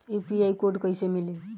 UPI code कैसे मिली?